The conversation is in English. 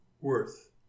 worth